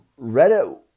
Reddit